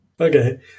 Okay